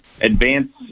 advance